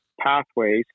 pathways